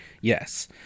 Yes